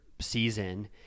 season